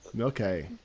Okay